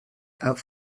auf